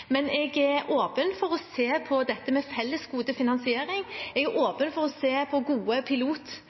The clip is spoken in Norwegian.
Men jeg er åpen for å se på det med fellesgodefinansiering. Jeg er åpen for å se på gode